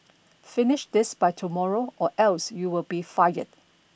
finish this by tomorrow or else you will be fired